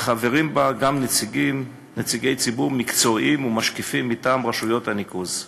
וחברים בה גם נציגי ציבור מקצועיים ומשקיפים מטעם רשויות הניקוז.